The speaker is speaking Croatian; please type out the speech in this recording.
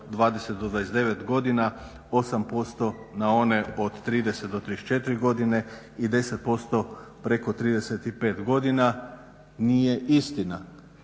20 do 29 godina, 8% na one od 30 do 34 godine i 10% preko 35 godina, nije istina,